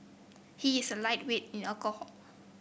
he is a lightweight in alcohol